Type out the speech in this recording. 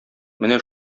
менә